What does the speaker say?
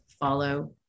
follow